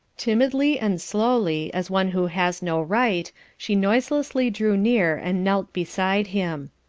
timidly and slowly, as one who has no right, she noiselessly drew near and knelt beside him.